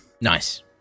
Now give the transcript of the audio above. nice